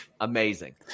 Amazing